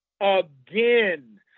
again